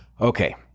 Okay